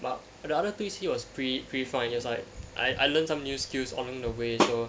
but the other two E_C was pretty pretty fine it was like I I learned some new skills along the way so